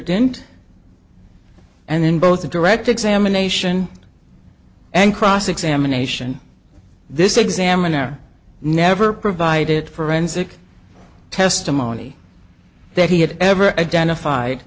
didn't and then both the direct examination and cross examination this examiner never provided forensic testimony that he had ever identified